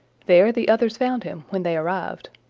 there the others found him when they arrived.